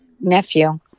nephew